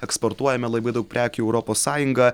eksportuojame labai daug prekių į europos sąjungą